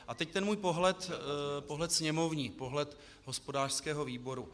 A teď ten můj pohled sněmovní, pohled hospodářského výboru.